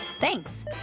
Thanks